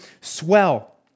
swell